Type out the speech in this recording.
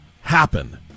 happen